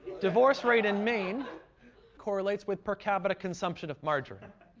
divorce rate in maine correlates with per capita consumption of margarine.